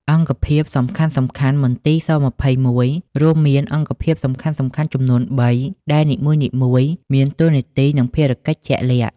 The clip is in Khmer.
អង្គភាពសំខាន់ៗ មន្ទីរ ស-២១ រួមមានអង្គភាពសំខាន់ៗចំនួនបី ដែលនីមួយៗមានតួនាទី និងភារកិច្ចជាក់លាក់។